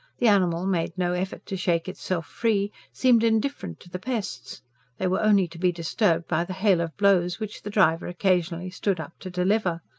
the animal made no effort to shake itself free, seemed indifferent to the pests they were only to be disturbed by the hail of blows which the driver occasionally stood up to deliver.